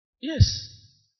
Yes